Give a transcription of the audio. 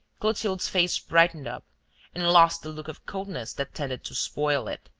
clotilde's face brightened up and lost the look of coldness that tended to spoil it.